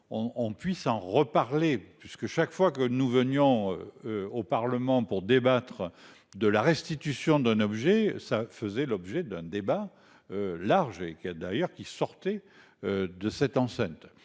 on puisse en reparler puisque chaque fois que nous venions. Au parlement pour débattre de la restitution d'un objet ça faisait l'objet d'un débat. Large et qui a d'ailleurs qui sortait.